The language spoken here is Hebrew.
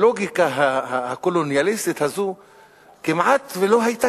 הלוגיקה הקולוניאליסטית הזאת כמעט שלא היתה